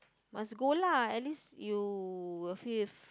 must go lah at least you will feel